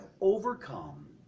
overcome